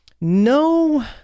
no